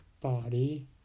body